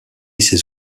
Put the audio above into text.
ses